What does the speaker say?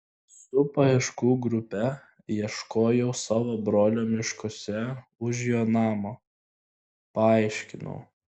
su paieškų grupe ieškojau savo brolio miškuose už jo namo paaiškinau